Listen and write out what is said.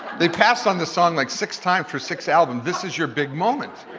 they pass on the song like six times for six albums. this is your big moment.